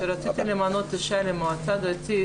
כשרציתי למנות אישה למועצה הדתית,